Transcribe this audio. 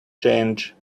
change